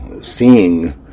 seeing